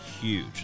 huge